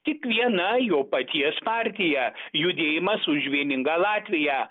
tik viena jo paties partija judėjimas už vieningą latviją